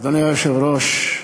אדוני היושב-ראש,